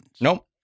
Nope